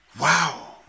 wow